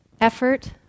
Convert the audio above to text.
effort